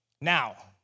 Now